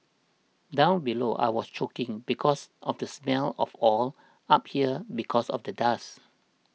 down below I was choking because of the smell of oil up here because of the dust